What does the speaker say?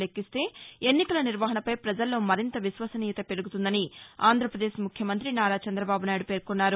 లెక్కిస్తే ఎన్నికల నిర్వహణపై పజల్లో మరింత విశ్వసనీయత పెరుగుతుందని ఆంధ్రపదేశ్ ముఖ్యమంత్రి నారా చంద్రబాబు నాయుడు పేర్కొన్నారు